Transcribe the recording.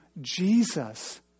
Jesus